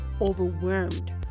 overwhelmed